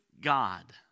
God